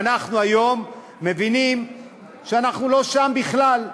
ואנחנו היום מבינים שאנחנו לא שם בכלל.